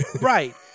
Right